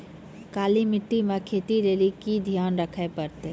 काली मिट्टी मे खेती लेली की ध्यान रखे परतै?